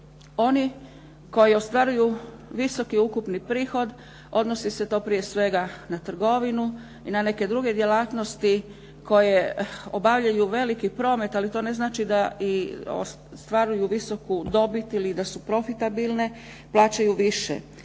oni koji ostvaruju visoki ukupni prihod odnosi se to prije svega na trgovinu i na neke druge djelatnosti koje obavljaju veliki promet ali to ne znači da i ostvaruju visoku dobit ili da su profitabilne plaćaju više.